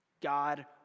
God